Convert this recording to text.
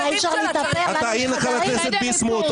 מה, אי אפשר להתאפר --- הנה חבר הכנסת ביסמוט,